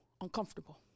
uncomfortable